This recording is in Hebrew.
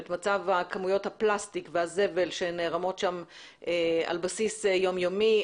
את מצב כמויות הפלסטיק והזבל שנערמות שם על בסיס יום יומי.